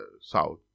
south